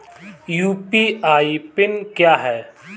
UPI PIN क्या है?